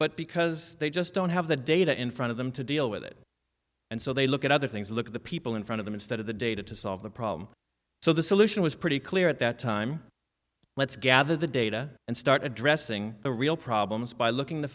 but because they just don't have the data in front of them to deal with it and so they look at other things look at the people in front of them instead of the data to solve the problem so the solution was pretty clear at that time let's gather the data and start addressing the real problems by looking the